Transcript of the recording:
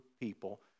people